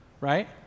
right